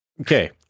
Okay